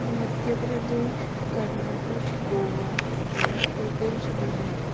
Madhya Pradesh Karnataka Goa Andhra Pradesh Bihar